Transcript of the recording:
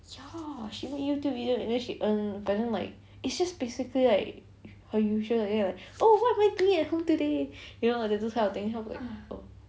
ya she make youtube video and then she earn and then like it's just basically like her usual like that oh what am I doing at home today you know like those kind of thing then like oh